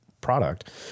product